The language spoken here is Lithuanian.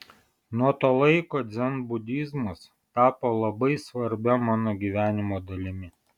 nuo to laiko dzenbudizmas tapo labai svarbia mano gyvenimo dalimi